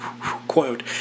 quote